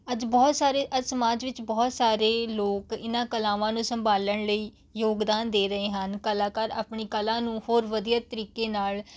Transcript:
ਅੱਜ ਬਹੁਤ ਸਾਰੇ ਅੱਜ ਸਮਾਜ ਵਿੱਚ ਬਹੁਤ ਸਾਰੇ ਲੋਕ ਇਹਨਾਂ ਕਲਾਵਾਂ ਨੂੰ ਸੰਭਾਲਣ ਲਈ ਯੋਗਦਾਨ ਦੇ ਰਹੇ ਹਨ ਕਲਾਕਾਰ ਆਪਣੀ ਕਲਾ ਨੂੰ ਹੋਰ ਵਧੀਆ ਤਰੀਕੇ ਨਾਲ